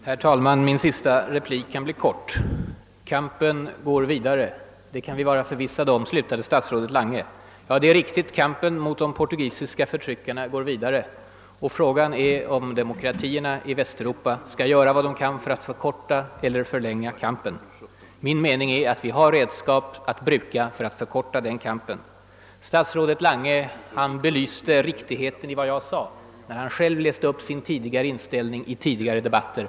Herr talman! Min sista replik kan bli kort. Kampen går vidare, det kan vi vara förvissade om, slutade statsrådet Lange. Ja, det är riktigt. Kampen mot de portugisiska förtryckarna går vidare, och frågan är om demokratierna i Västeuropa skall göra vad de kan för att förkorta eller förlänga kampen. Min mening är att vi har redskap att bruka för att förkorta krigen. Statsrådet Lange belyste riktigheten i vad jag sade när han själv läste upp ett utdrag av sina uttalanden i tidigare debatter.